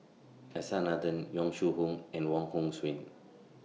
S R Nathan Yong Shu Hoong and Wong Hong Suen